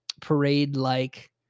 parade-like